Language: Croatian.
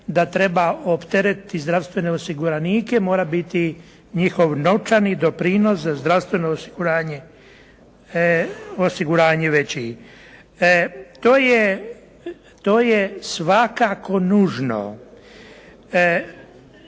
ne razumije./… zdravstvene osiguranike, mora biti njihov novčani doprinos za zdravstveno osiguranje veći. To je svakako nužno.